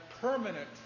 permanent